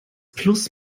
plus